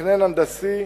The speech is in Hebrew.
מתכנן הנדסי,